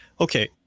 Okay